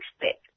expect